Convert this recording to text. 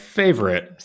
favorite